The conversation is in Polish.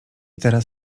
teraz